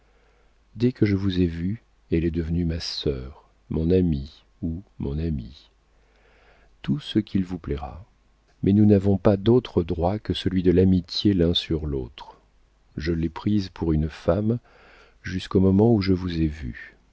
dès que je vous ai vue elle est devenue ma sœur mon amie ou mon ami tout ce qu'il vous plaira mais nous n'avons pas d'autres droits que celui de l'amitié l'un sur l'autre je l'ai prise pour une femme jusqu'au moment où je vous ai vue